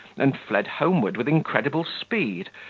and fled homewards with incredible speed,